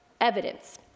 evidence